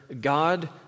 God